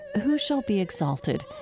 who shall be exalted?